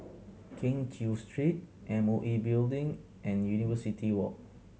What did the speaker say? Keng Cheow Street M O E Building and University Walk